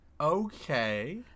Okay